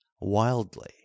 Wildly